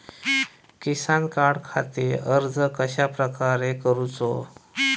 किसान कार्डखाती अर्ज कश्याप्रकारे करूचो?